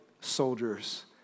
soldiers